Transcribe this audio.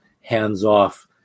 hands-off